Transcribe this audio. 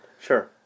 Sure